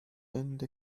ende